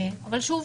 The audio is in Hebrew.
שוב,